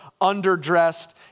underdressed